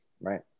Right